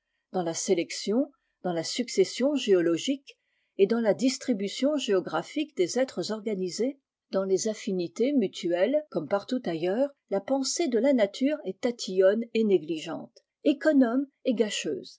dans la sélection dans la succession géologique et dans la distribution géographique des êtres organisés dans les affinités mutuelles comme partout ailleurs la pensée de la nature est tatillonne et négligente économe et gâcheuse